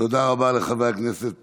תודה רבה לחבר הכנסת